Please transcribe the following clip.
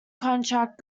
contract